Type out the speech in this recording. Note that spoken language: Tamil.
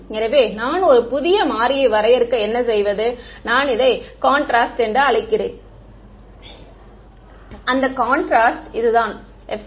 எனவே நான் ஒரு புதிய மாறியை வரையறுக்க என்ன செய்வது நான் இதை கான்ட்ராஸ்ட் என்று அழைக்கிறேன் அந்த கான்ட்ராஸ்ட் இது தான் r 1